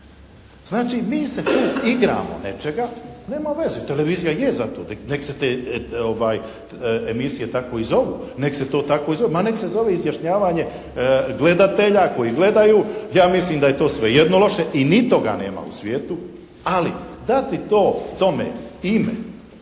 Znači, mi se tu igramo nečega. Nema veze, televizija je za to, neka se emisije tako i zovu, ma neka se zove izjašnjavanje gledatelja koji gledaju. Ja mislim da je to svejedno loše, i ni toga nema u svijetu. Ali, dati tome ime